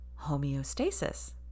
homeostasis